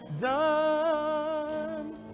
done